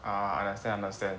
ah understand understand